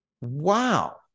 Wow